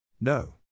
No